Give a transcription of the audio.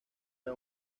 era